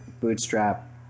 bootstrap